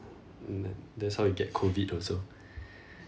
that's how you get COVID also